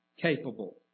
capable